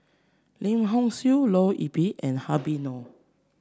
Lim Hock Siew Leo Yip and Habib Noh